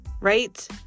Right